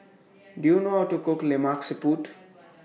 Do YOU know How to Cook Lemak Siput